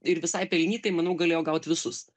ir visai pelnytai manau galėjo gaut visus